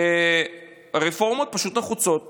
רפורמות שנחוצות